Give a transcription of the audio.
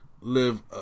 live